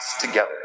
together